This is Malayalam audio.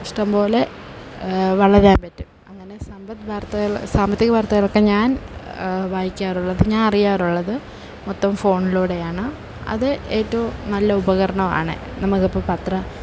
ഇഷ്ടം പോലെ വളരാൻ പറ്റും അങ്ങനെ സമ്പദ് വാർത്തകൾ സാമ്പത്തിക വർത്തകളൊക്കെ ഞാൻ വായിക്കാറുള്ളത് ഞാൻ അറിയാറുള്ളത് മൊത്തം ഫോണിലൂടെയാണ് അത് ഏറ്റവും നല്ല ഉപകരണമാണ് നമുക്കിപ്പം പത്രം